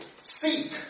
seek